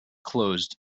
closed